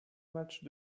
match